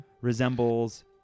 resembles